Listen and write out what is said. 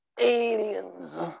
Aliens